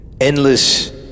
Endless